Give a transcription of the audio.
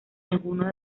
alguno